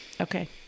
okay